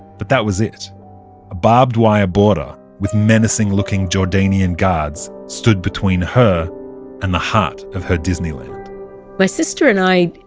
but that was it. a barbed-wire border with menacing looking jordanian guards stood between her and the heart of her disneyland my sister and i,